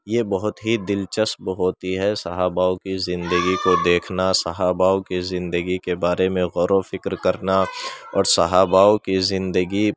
یہ بہت ہی دلچسپ ہوتی ہے صحاباؤں كی زندگی كو دیكھنا صحاباؤں كی زندگی كے بارے میں غور و فكر كرنا اور صحاباؤں كی زندگی